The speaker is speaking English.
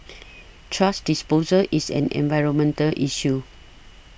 thrash disposal is an environmental issue